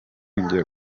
njya